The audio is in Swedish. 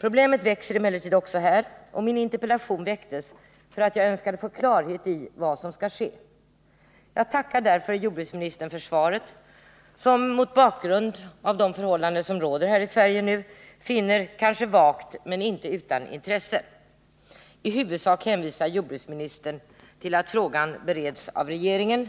Problemet växer emellertid också här, och min interpellation väcktes för att jag önskade få klarhet i vad som skall ske. Jag tackar därför jordbruksministern för svaret, som jag mot bakgrund av de förhållanden som nu råder här i Sverige finner vagt men inte utan intresse. I huvudsak hänvisar jordbruksministern till att frågan bereds av regeringen.